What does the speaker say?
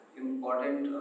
important